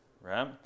Right